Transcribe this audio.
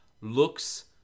looks